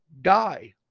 die